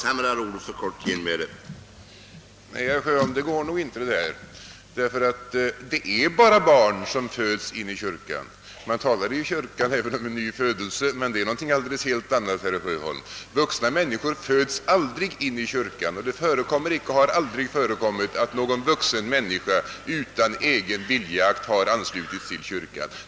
Herr talman! Det där går inte ihop, herr Sjöholm, Det är bara barn som föds in i kyrkan. Man talar i kyrkan om en nyfödelse, men det är någonting helt annat. Vuxna människor föds aldrig in i kyrkan. Det förekommer icke att någon vuxen människa utan egen vilja anslutes till kyrkan.